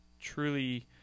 truly